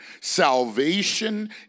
Salvation